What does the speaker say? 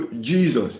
Jesus